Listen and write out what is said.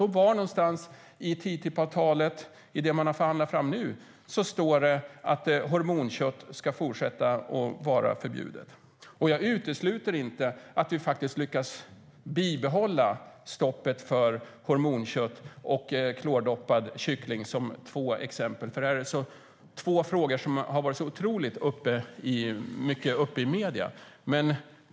Och var någonstans i det man har förhandlat fram nu i TTIP-avtalet står det att hormonkött ska fortsätta att vara förbjudet? Jag utesluter inte att vi faktiskt lyckas bibehålla stoppet för hormonkött och klordoppad kyckling - det här är två frågor som har tagits upp otroligt mycket i medierna.